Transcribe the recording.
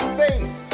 face